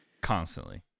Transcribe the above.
constantly